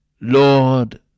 Lord